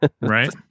right